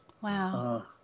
wow